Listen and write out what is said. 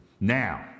Now